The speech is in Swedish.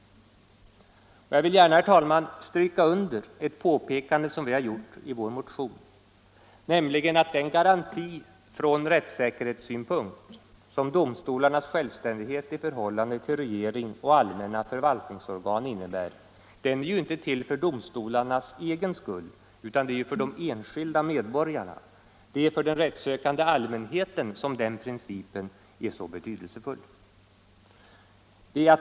Jag vill gärna, herr talman, stryka under ett påpekande som vi har gjort i vår motion, nämligen att den garanti från rättssäkerhetssynpunkt, som domstolarnas självständighet i förhållande till regering och allmänna förvaltningsorgan innebär, inte är till för domstolarnas egen skull utan det är för de enskilda medborgarna, den rättssökande allmänheten som den principen är så betydelsefull.